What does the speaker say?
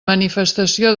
manifestació